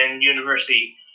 University